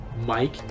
Mike